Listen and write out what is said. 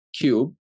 cube